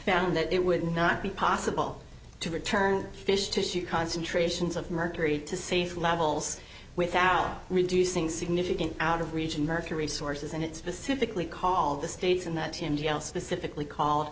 found that it would not be possible to return fish tissue concentrations of mercury to safe levels without reducing significant out of reach american resources and it's specifically called the states and that specifically call